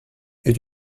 est